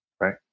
right